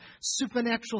supernatural